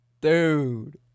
Dude